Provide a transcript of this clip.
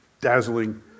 dazzling